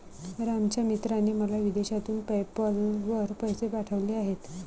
रामच्या मित्राने मला विदेशातून पेपैल वर पैसे पाठवले आहेत